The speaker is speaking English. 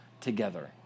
together